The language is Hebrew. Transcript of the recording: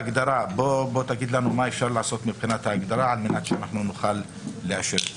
בוא תגיד לנו מה אפשר לשנות בהגדרה כדי שנוכל לאשר את זה.